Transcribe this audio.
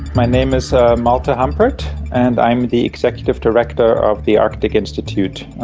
my name is malte humpert and i'm the executive director of the arctic institute,